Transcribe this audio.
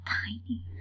Tiny